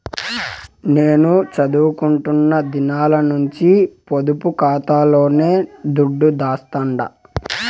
నేను సదువుకుంటున్న దినాల నుంచి పొదుపు కాతాలోనే దుడ్డు దాస్తండా